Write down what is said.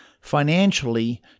financially